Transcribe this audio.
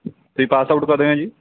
ਅਤੇ pass out ਕਦੋਂ ਹੋਏ ਜੀ